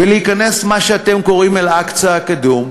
ולהיכנס, מה שאתם קוראים אל-אקצא הקדום,